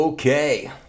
Okay